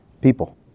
people